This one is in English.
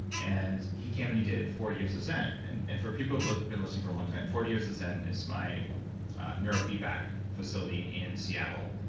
and he came and he did forty years of zen. and and for people who've like been listening for a long time, forty years of zen is my neuro feedback facility in seattle.